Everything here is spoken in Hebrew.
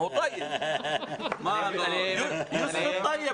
--- יוסף טייב